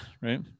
Right